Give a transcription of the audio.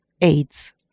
AIDS